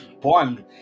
bond